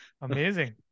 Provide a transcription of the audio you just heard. Amazing